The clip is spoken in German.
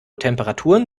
temperaturen